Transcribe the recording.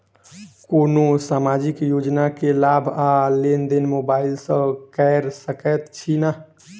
कोनो सामाजिक योजना केँ लाभ आ लेनदेन मोबाइल सँ कैर सकै छिःना?